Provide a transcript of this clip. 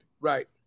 Right